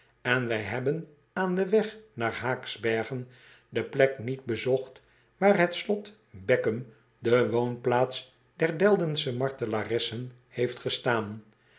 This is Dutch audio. en wij hebben aan den weg naar aaksbergen de plek niet bezocht waar het slot eckum de woonplaats der eldensche martelaressen heeft gestaan